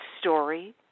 story